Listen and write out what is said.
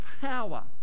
power